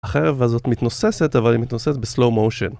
החרב הזאת מתנוססת אבל היא מתנוססת בסלואו מושן